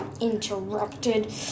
Interrupted